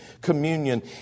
Communion